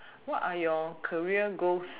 what are your career goals